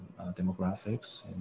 demographics